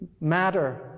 matter